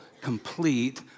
complete